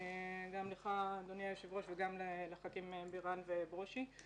גם לך אדוני היושב-ראש וגם לח"כים בירן וברושי.